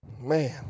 Man